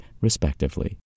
respectively